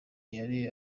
yari